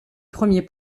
premier